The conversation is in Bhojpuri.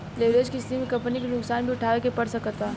लेवरेज के स्थिति में कंपनी के नुकसान भी उठावे के पड़ सकता